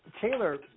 Taylor